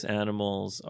animals